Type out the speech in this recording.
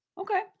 Okay